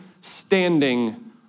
standing